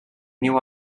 niu